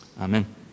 Amen